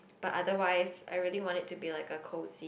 but otherwise I really want it to be like a cosy